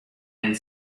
and